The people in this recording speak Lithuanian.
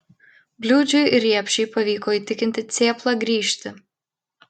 bliūdžiui ir riepšui pavyko įtikinti cėplą grįžti